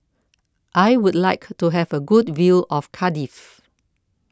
I would like to have a good view of Cardiff